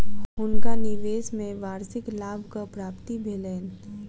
हुनका निवेश में वार्षिक लाभक प्राप्ति भेलैन